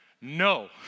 No